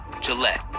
Gillette